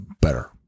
better